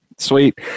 Sweet